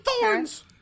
thorns